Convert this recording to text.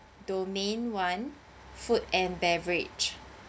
domain one food and beverage